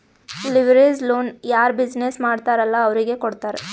leverage loan ಯಾರ್ business ಮಾಡ್ತಾರ್ ಅಲ್ಲಾ ಅವ್ರಿಗೆ ಕೊಡ್ತಾರ್